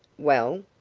well?